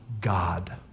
God